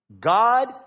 God